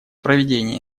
проведение